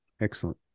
Excellent